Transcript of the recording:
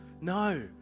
No